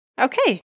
okay